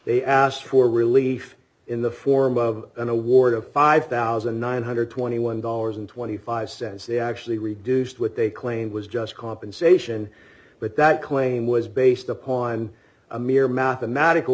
they asked for relief in the form of an award of five thousand nine hundred and twenty one dollar twenty five cents they actually reduced what they claimed was just compensation but that claim was based upon a mere mathematical